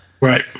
right